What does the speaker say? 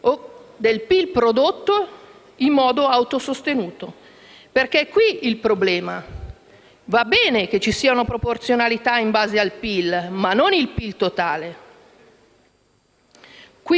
del PIL prodotto in modo autosostenuto. È qui infatti il problema. Va bene che ci siano proporzionalità in base al PIL, ma non il PIL totale.